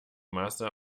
masse